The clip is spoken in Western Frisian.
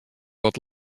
wat